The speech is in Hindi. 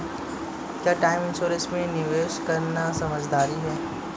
क्या टर्म इंश्योरेंस में निवेश करना समझदारी है?